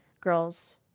girls